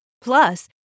Plus